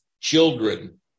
children